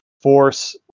force